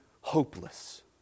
hopeless